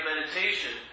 meditation